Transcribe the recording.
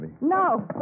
No